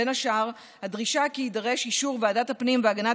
בין השאר הדרישה כי יידרש אישור ועדת הפנים והגנת